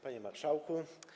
Panie Marszałku!